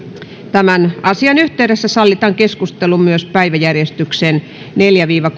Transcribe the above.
tämän asian yhteydessä sallitaan keskustelu myös päiväjärjestyksen neljännestä viiva